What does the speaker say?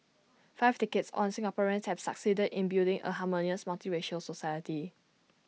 five decades on Singaporeans have succeeded in building A harmonious multiracial society